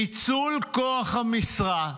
ניצול כוח המשרה.